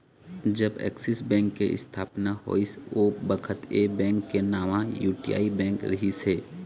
जब Axis bank के इस्थापना होइस ओ बखत ऐ बेंक के नांव यूटीआई बेंक रिहिस हे